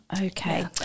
Okay